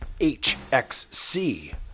HXC